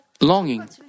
longing